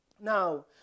Now